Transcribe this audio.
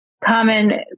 common